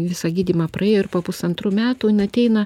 visą gydymą praėjo ir po pusantrų metų jin ateina